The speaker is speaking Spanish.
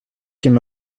quien